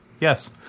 yes